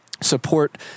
support